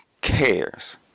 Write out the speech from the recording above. cares